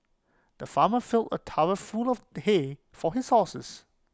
the farmer filled A trough full of the hay for his horses